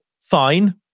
fine